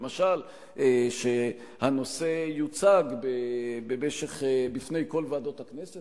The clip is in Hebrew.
למשל שהנושא יוצג בפני כל ועדות הכנסת